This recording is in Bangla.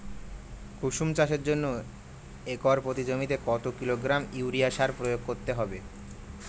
কুসুম চাষের জন্য একর প্রতি জমিতে কত কিলোগ্রাম ইউরিয়া সার প্রয়োগ করতে হবে?